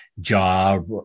job